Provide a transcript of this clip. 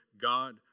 God